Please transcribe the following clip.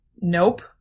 nope